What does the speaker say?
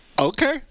Okay